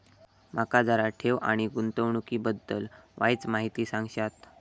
माका जरा ठेव आणि गुंतवणूकी बद्दल वायचं माहिती सांगशात?